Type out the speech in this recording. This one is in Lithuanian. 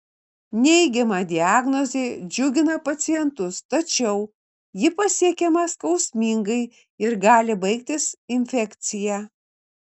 neigiama diagnozė džiugina pacientus tačiau ji pasiekiama skausmingai ir gali baigtis infekcija